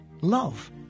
love